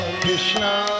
Krishna